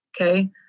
okay